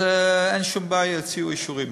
אז אין שום בעיה, יוציאו אישורים.